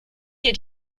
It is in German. dir